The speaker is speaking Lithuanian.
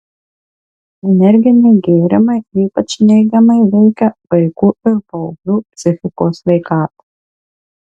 energiniai gėrimai ypač neigiamai veikia vaikų ir paauglių psichikos sveikatą